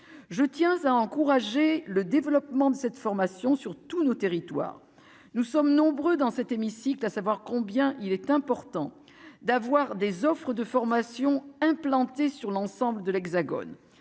je tiens à encourager le développement de cette formation sur tous nos territoires, nous sommes nombreux dans cet hémicycle, à savoir combien il est important d'avoir des offres de formation implantée sur l'ensemble de l'Hexagone,